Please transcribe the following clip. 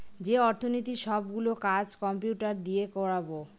যে অর্থনীতির সব গুলো কাজ কম্পিউটার দিয়ে করাবো